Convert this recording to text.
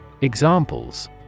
Examples